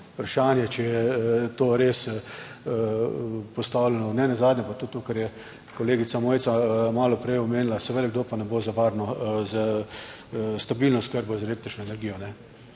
Vprašanje če je to res postavljeno. Nenazadnje pa tudi to, kar je kolegica Mojca malo prej omenila, seveda kdo pa ne bo za varno, za stabilno oskrbo z električno energijo,